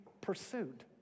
pursued